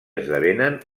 esdevenen